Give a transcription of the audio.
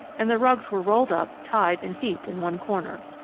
and the rugs were rolled up, tied, and heaped in one corner.